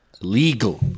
legal